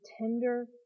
tender